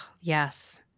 yes